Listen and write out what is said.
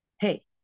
Hey